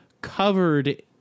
covered